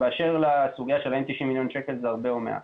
באשר לסוגיה של האם 90 מיליון שקל זה הרבה או מעט: